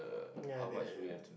ya the